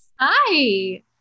Hi